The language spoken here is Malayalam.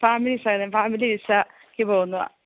ഫാമിലി സഹിതം ഫാമിലി വിസാക്ക് പോവുന്നതാണ്